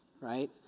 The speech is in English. right